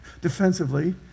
defensively